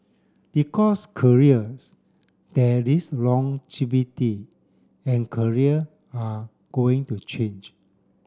because careers there is longevity and career are going to change